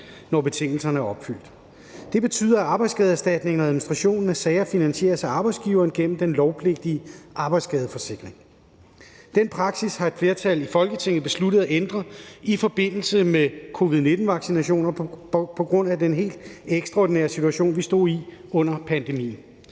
når betingelserne er opfyldt. Det betyder, at arbejdsskadeerstatningen og administrationen af sager finansieres af arbejdsgiveren gennem den lovpligtige arbejdsskadeforsikring. Den praksis har et flertal i Folketinget besluttet at ændre i forbindelse med covid-19-vaccinationer på grund af den helt ekstraordinære situation, vi stod i under pandemien.